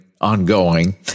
ongoing